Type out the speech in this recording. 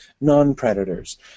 non-predators